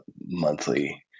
monthly